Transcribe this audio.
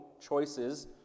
choices